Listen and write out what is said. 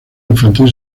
infantil